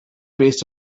based